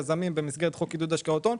בין דרך יזמים במסגרת חוק עידוד השקעות הון,